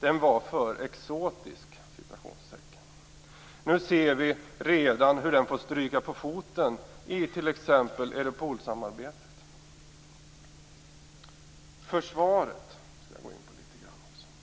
Den var för "exotisk". Nu ser vi redan hur den får stryka på foten i t.ex. Europolsamarbetet. Försvaret skall jag också gå in litet grand på.